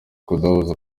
kudahuza